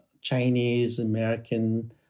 Chinese-American